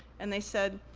and they said,